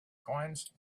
coins